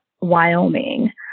Wyoming